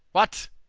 what!